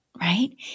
right